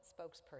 spokesperson